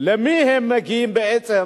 למי הם מגיעים בעצם?